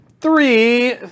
three